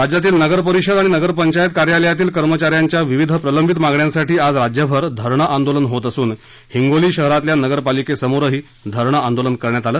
राज्यातील नगर परिषद आणि नगरपंचायत कार्यालयातील कर्मचा यांच्या विविध प्रलंबित मागण्यांसाठी आज राज्यभर धरणं आंदोलन होत असून हिंगोली शहरातील नगरपालिकेसमोरही धरणं आंदोलन करण्यात आलं